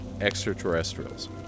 extraterrestrials